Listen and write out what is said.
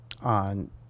on